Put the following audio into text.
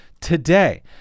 today